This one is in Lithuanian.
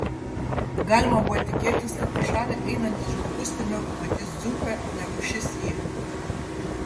galima buvo tikėtis kad pro šalį einantis žmogus pirmiau pamatys dzūką negu šis jį